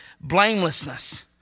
blamelessness